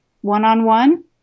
one-on-one